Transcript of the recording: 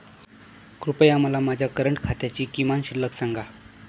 कृपया मला माझ्या करंट खात्याची किमान शिल्लक सांगा